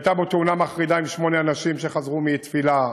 שהייתה בו תאונה מחרידה עם שמונה נשים שחזרו מתפילה,